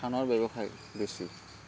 ধানৰ ব্যৱসায় বেছি